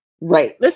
Right